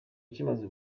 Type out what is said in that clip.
kimaze